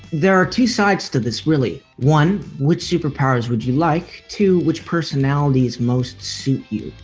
there are two sides to this really. one, which super powers would you like? two, which personalities most suit you?